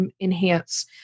enhance